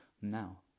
Now